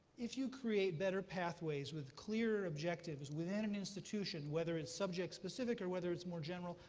if you create better pathways with clear objectives within an institution, whether it's subject-specific or whether it's more general,